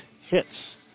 hits